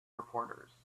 reporters